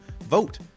vote